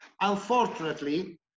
Unfortunately